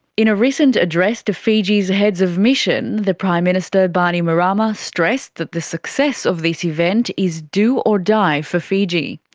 in a recent address to fiji's heads of mission, the prime minister bainimarama stressed that the success of this event is do or die for fiji.